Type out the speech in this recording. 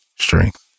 strength